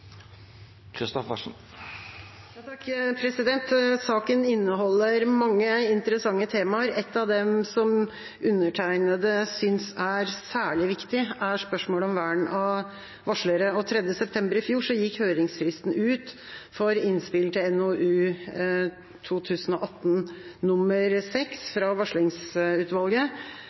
Saken inneholder mange interessante temaer. Ett av dem som undertegnede synes er særlig viktig, er spørsmålet om vern av varslere. 3. september i fjor gikk høringsfristen ut for innspill til NOU 2018: 6 fra varslingsutvalget.